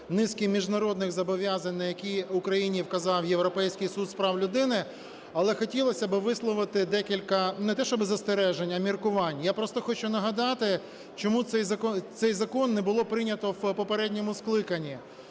низки міжнародних зобов'язань, на які Україні вказав Європейський суд з прав людини, але хотілось би висловити декілька, не те щоби застережень, а міркувань. Я просто хочу нагадати, чому цей закон не було прийнято в попередньому скликанні.